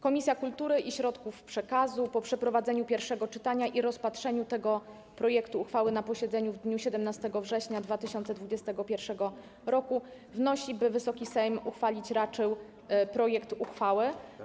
Komisja Kultury i Środków Przekazu po przeprowadzeniu pierwszego czytania i rozpatrzeniu tego projektu uchwały na posiedzeniu w dniu 17 września 2021 r. wnosi, by Wysoki Sejm uchwalić raczył projekt uchwały.